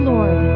Lord